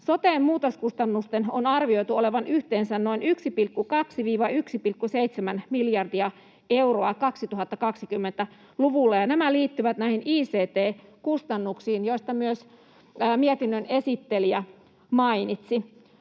soten muutoskustannusten on arvioitu olevan 2020-luvulla yhteensä noin 1,2—1,7 miljardia euroa, ja nämä liittyvät näihin ICT-kustannuksiin, joista myös mietinnön esittelijä mainitsi.